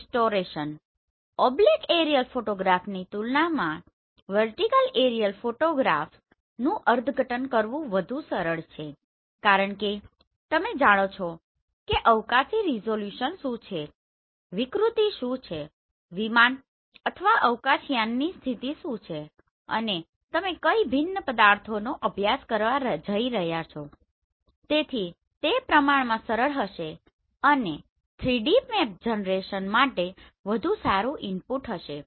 high aerial ફોટોગ્રાફની તુલનામાં vertical aerial ફોટોગ્રાફ્સનું અર્થઘટન કરવું વધુ સરળ છે કારણ કે તમે જાણો છો કે અવકાશી રીઝોલ્યુશન શું છે વિકૃતિ શું છે વિમાન અથવા અવકાશયાનની સ્થિતિ શું છે અને તમે કઈ ભિન્ન પદાર્થોનો અભ્યાસ કરવા જઇ રહ્યા છો તેથી તે પ્રમાણમાં સરળ હશે અને 3D મેપ જનરેશન માટે વધુ સારું ઇનપુટ હશે